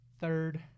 third